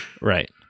Right